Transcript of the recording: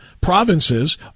provinces